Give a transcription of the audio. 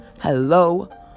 hello